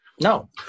No